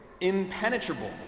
impenetrable